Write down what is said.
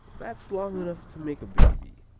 that's long enough to make a baby,